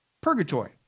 purgatory